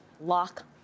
lock